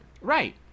Right